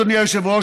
אדוני היושב-ראש,